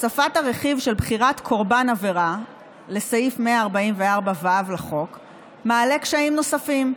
הוספת הרכיב של בחירת קורבן עבירה לסעיף 144ו לחוק מעלה קשיים נוספים,